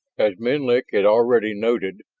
as menlik had already noted,